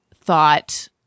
thought